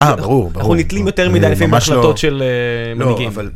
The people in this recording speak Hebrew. אנחנו נתלים יותר מדי לפעמים בהחלטות של מנהיגים.